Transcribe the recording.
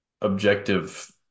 objective